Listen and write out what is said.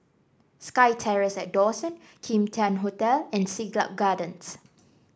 SkyTerrace at Dawson Kim Tian Hotel and Siglap Gardens